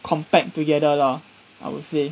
compact together lah I would say